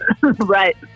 Right